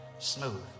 Smooth